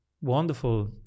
wonderful